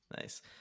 Nice